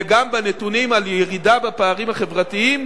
וגם בנתונים על ירידה בפערים החברתיים